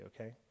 Okay